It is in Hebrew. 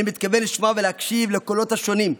אני מתכוון לשמוע ולהקשיב לקולות השונים.